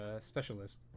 specialist